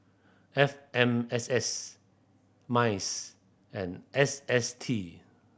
F M S S MINDS and S S T